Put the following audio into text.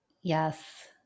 Yes